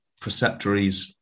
preceptories